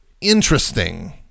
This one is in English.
interesting